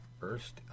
first